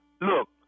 Look